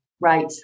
Right